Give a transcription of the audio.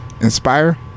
inspire